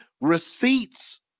receipts